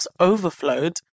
overflowed